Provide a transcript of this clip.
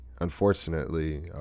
unfortunately